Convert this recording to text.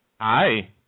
Hi